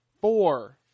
Four